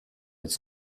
its